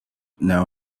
know